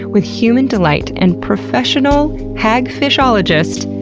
with human delight and professional hagfishologist,